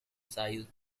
sized